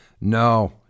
No